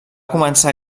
començar